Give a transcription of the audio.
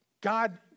God